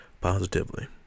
positively